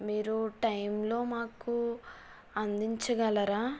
మీరు టైంలో మాకు అందించగలరా